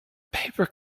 paper